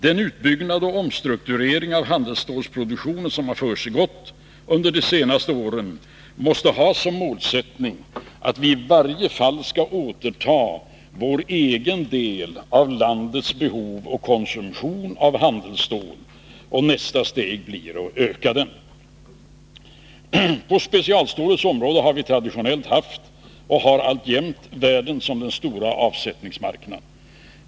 Den utbyggnad och omstrukturering av handelsstålsproduktionen som har försiggått under de senaste åren måste ha som målsättning att vi i varje fall skall återta vår egen del av landets behov och konsumtion av handelsstål. Nästa steg blir att öka den. På specialstålets område har vi traditionellt haft och har alltjämt världen som den stora avsättningsmarknaden.